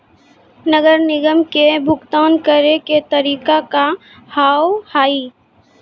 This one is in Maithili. नगर निगम के भुगतान करे के तरीका का हाव हाई?